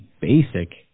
basic